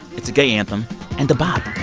it's a gay anthem and a bop